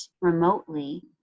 remotely